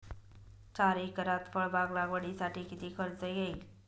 चार एकरात फळबाग लागवडीसाठी किती खर्च येईल?